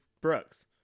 Brooks